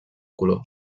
color